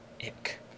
Ick